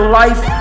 life